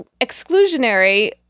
exclusionary